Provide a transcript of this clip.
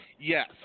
Yes